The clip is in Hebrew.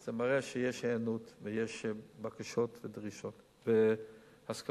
זה מראה שיש היענות ויש בקשות ודרישות והסכמות.